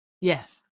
yes